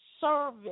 service